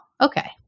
okay